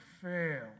fail